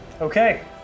Okay